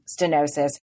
stenosis